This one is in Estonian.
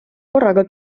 korraga